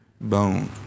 bone